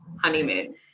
honeymoon